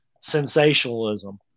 sensationalism